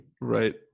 Right